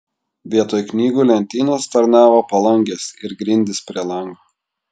vietoj knygų lentynos tarnavo palangės ir grindys prie lango